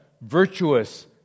virtuous